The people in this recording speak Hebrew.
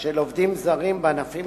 של עובדים זרים בענפים שונים